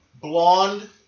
Blonde